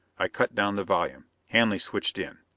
i cut down the volume. hanley switched in.